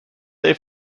they